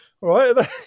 Right